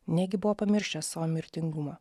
negi buvo pamiršę savo mirtingumą